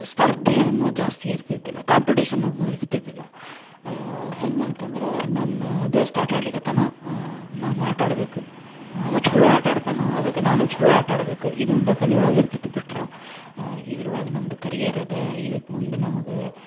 ಸ್ಪರ್ಧೆ ಅನ್ನೋದು ಜಾಸ್ತಿ ಇರ್ತಿದ್ದಿಲ್ಲ ಕಾಂಪಿಟೇಷನ್ ಅನ್ನೋದು ಇರ್ತಿದ್ದಿಲ್ಲ ಹೇಗಂತಂದ್ರೆ ನನ್ನ ದೋಸ್ತ್ ಆಟಾಡ್ಲಿಕತ್ತನ ನಾನು ಆಟಾಡ್ಬೇಕು ಅವ ಛಲೊ ಆಟಾಡ್ತಾನ ಅದಕ್ಕೆ ನಾನು ಛಲೋ ಆಟಾಡಬೇಕು ಇದೊಂದು ತಲೆ ಒಳಗೆ ಇರ್ತಿತ್ತು ಬಿಟ್ರೆ ಇದ್ರೊಳಗೆ ನಮ್ದು ಕರಿಯರ್ ಅದಾ ಇದಕ್ಕೆ ಮುಂದೆ ನಮಗೆ